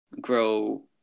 grow